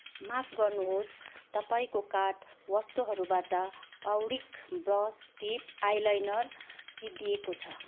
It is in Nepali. माफ गर्नुहोस् तपाईँको कार्ट वस्तुहरूबाट औरिक ब्रस टिप आइलाइनर सिद्धिएको छ